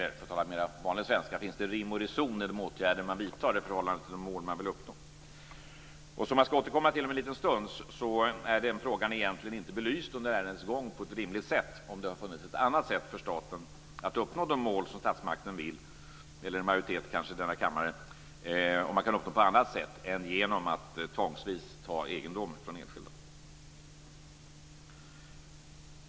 För att tala mera vanlig svenska: om det finns rim och reson i de åtgärder man vidtar i förhållande till de mål man vill uppnå. Den frågan har egentligen inte belysts under ärendets gång på ett rimligt sätt - jag skall återkomma till det om en stund - om det hade funnits ett annat sätt för staten att uppnå de mål som statsmakten, eller en majoritet i denna kammare, vill än att tvångsvis ta egendom från enskilda.